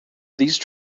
these